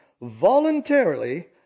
voluntarily